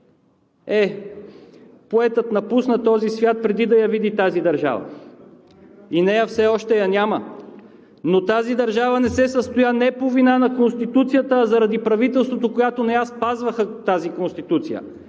Е, поетът напусна този свят преди да я види тази държава и нея все още я няма, но тази държава не се състоя не по вина на Конституцията, а заради правителствата, които не я спазваха тази Конституция.